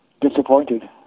disappointed